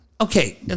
Okay